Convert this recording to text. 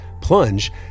plunge